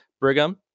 Brigham